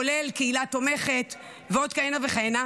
כולל קהילה תומכת ועוד כהנה וכהנה.